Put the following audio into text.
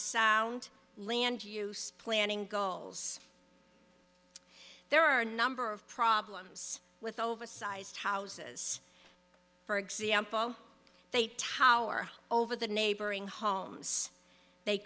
sound land use planning goals there are a number of problems with oversized houses for example they tower over the neighboring homes they